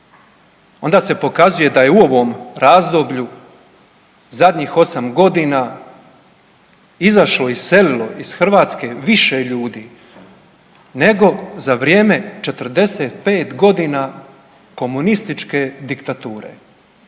onda se pokazuje da je u ovom razdoblju zadnjih 8 godina izašlo, iselilo iz Hrvatske više ljudi nego za vrijeme 45 godina komunističke diktature.